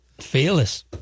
Fearless